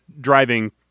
driving